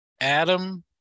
Adam